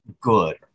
good